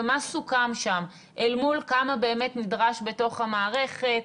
מה סוכם שם אל מול כמה באמת נדרש בתוך המערכת?